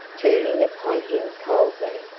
turning upon him coldly.